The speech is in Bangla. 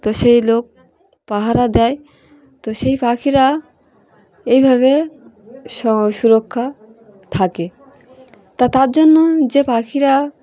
তো সেই লোক পাহাড়া দেয় তো সেই পাখিরা এইভাবে সুরক্ষায় থাকে তা তার জন্য যে পাখিরা